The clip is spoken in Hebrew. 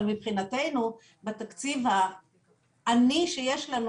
אבל מבחינתנו בתקציב העני שיש לנו